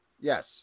Yes